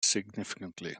significantly